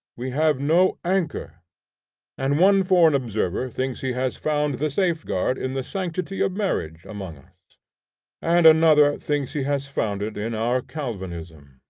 we have no anchor and one foreign observer thinks he has found the safeguard in the sanctity of marriage among us and another thinks he has found it in our calvinism.